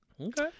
Okay